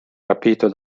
rapito